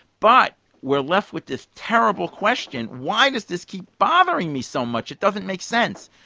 but we're left with this terrible question, why does this keep bothering me so much, it doesn't make sense?